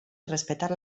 respetar